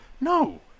No